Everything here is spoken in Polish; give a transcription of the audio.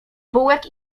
bułek